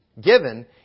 given